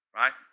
right